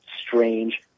strange